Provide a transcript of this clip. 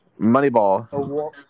Moneyball